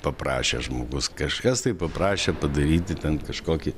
paprašė žmogus kažkas tai paprašė padaryti ten kažkokį